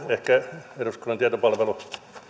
ehkä eduskunnan tietopalvelu